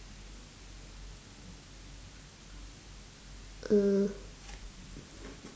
uh